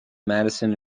madison